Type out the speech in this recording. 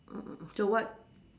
mm mm mm so what